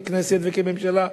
ככנסת וכממשלה,